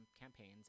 campaigns